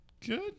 Good